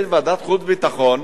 יש ועדת חוץ וביטחון,